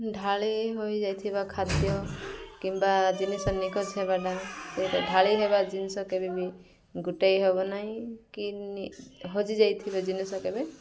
ଢାଳି ହୋଇଯାଇଥିବା ଖାଦ୍ୟ କିମ୍ବା ଜିନିଷ ନିଖୋଜ ହେବାଟା ସୋ ଢାଳି ହେବା ଜିନିଷ କେବେ ବି ଗୋଟେଇ ହବ ନାହିଁ କି ହଜିଯାଇଥିବା ଜିନିଷ କେବେ